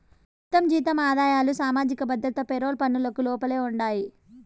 మొత్తం జీతం ఆదాయాలు సామాజిక భద్రత పెరోల్ పనులకు లోపలే ఉండాయి